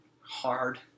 hard